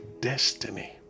destiny